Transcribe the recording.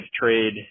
trade